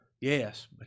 Yes